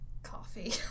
Coffee